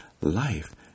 life